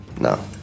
No